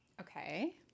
Okay